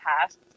past